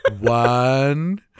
one